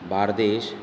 Bardez